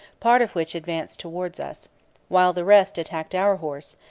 part of which advanced towards us while the rest attacked our horse,